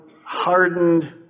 hardened